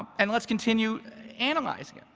and let's continue analyzing.